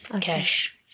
cash